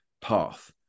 path